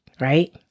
right